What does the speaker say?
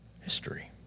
history